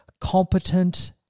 competent